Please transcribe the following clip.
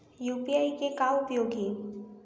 UPI के का उपयोग हे?